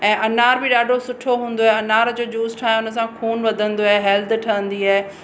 अनार बि ॾाढो सुठो हूंदो आहे अनार जो जूस ठाहियां उन सां खून वधंदो आहे हेल्थ ठहंदी आहे